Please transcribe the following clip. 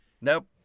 Nope